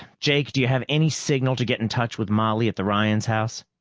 jake, do you have any signal to get in touch with molly at the ryan house?